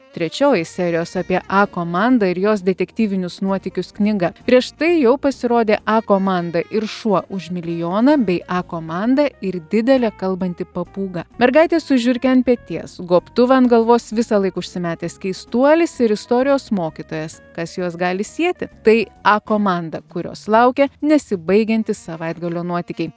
trečioji serijos apie a komandą ir jos detektyvinius nuotykius knyga prieš tai jau pasirodė a komanda ir šuo už milijoną bei a komanda ir didelė kalbanti papūga mergaitė su žiurke ant peties gobtuvą ant galvos visąlaik užsimetęs keistuolis ir istorijos mokytojas kas juos gali sieti tai a komanda kurios laukia nesibaigiantys savaitgalio nuotykiai